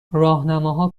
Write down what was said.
راهنماها